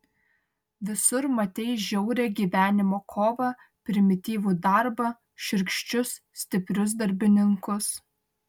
visur matei žiaurią gyvenimo kovą primityvų darbą šiurkščius stiprius darbininkus